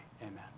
Amen